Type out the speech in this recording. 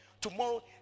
Tomorrow